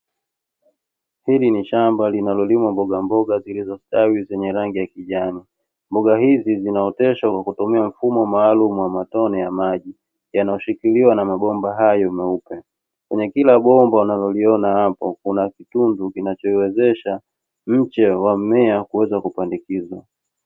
Hili ni shamba linalolimwa mbogamboga zilizositawi zenye rangi ya kijani, mboga hizi zinaoteshwa kwa kutumia mfumo maalum wa matone ya maji yanayoshikiliwa na mabomba hayo meupe. Kwenye kila bomba unaloliona hapo kuna kitundu kinachowezesha mche wa mmea kuweza kupandikizwa.